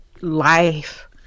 life